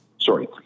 Sorry